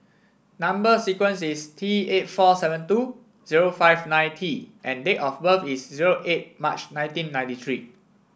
number sequence is T eight four seven two zero five nine T and date of birth is zero eight March nineteen ninety three